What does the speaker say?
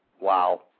Wow